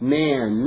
man